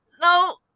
no